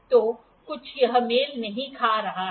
तो कुछ यह मेल नहीं खा रहा है